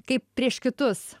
kaip prieš kitus